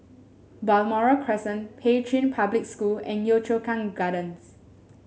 Balmoral Crescent Pei Chun Public School and Yio Chu Kang Gardens